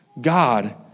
God